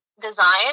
design